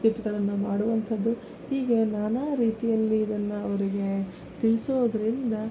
ಸ್ಕಿಟ್ಗಳನ್ನು ಮಾಡುವಂಥದ್ದು ಹೀಗೆ ನಾನಾ ರೀತಿಯಲ್ಲಿ ಇದನ್ನು ಅವರಿಗೆ ತಿಳಿಸೋದ್ರಿಂದ